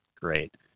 great